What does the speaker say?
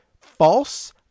false